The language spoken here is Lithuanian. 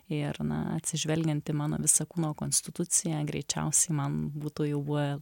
ir na atsižvelgiant į mano visą kūno konstituciją greičiausiai man būtų jau buvę